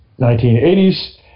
1980s